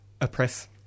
oppress